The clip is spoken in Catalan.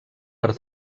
per